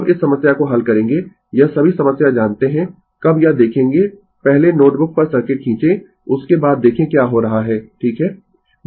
कब इस समस्या को हल करेंगें यह सभी समस्या जानते है कब यह देखेंगें पहले नोटबुक पर सर्किट खींचें उसके बाद देखें क्या हो रहा है ठीक है